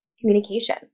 communication